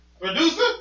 producer